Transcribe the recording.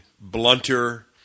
blunter